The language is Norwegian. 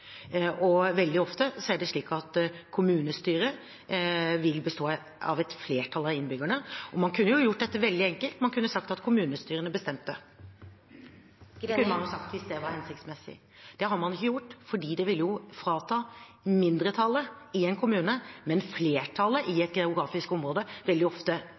Veldig ofte er det slik at kommunestyret er representert av et flertall av innbyggerne. Man kunne jo gjort dette veldig enkelt, man kunne sagt at kommunestyrene bestemte – det kunne man sagt hvis det var hensiktsmessig. Det har man ikke gjort, for det ville føre til at mindretallet i en kommune – men flertallet i et geografisk område, veldig ofte